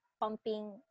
pumping